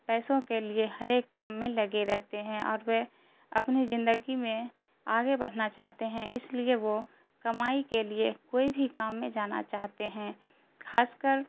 پیسوں کے لیے ہر ایک کام میں لگے رہتے ہیں اور وہ اپنے زندگی میں آگے بڑھنا چاہتے ہیں اس لیے وہ کمائی کے لیے کوئی بھی کام میں جانا چاہتے ہیں خاص کر